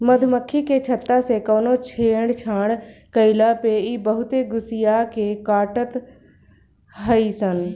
मधुमक्खी के छत्ता से कवनो छेड़छाड़ कईला पे इ बहुते गुस्सिया के काटत हई सन